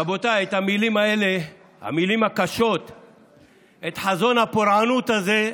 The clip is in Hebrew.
רבותיי, את המילים האלה, את חזון הפורענות הזה,